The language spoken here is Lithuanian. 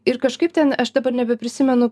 ir kažkaip ten aš dabar nebeprisimenu